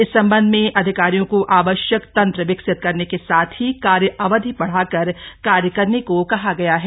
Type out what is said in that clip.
इस सम्बन्ध में अधिकारियों को आवश्यक तंत्र विकसित करने के साथ ही कार्य अवधि बढ़ा कर कार्य करने को कहा गया है